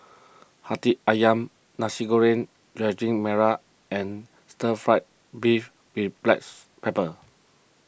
Hati Ayam Nasi Goreng Daging Merah and Stir Fry Beef with Blacks Pepper